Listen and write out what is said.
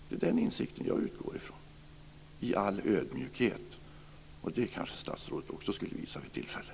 Det är den insikten jag utgår ifrån i all ödmjukhet. Och det kanske statsrådet också skulle visa vid tillfälle.